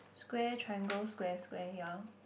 square triangle square square ya